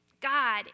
God